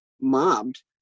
mobbed